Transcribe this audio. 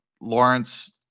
Lawrence